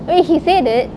wait he said it